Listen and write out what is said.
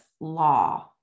law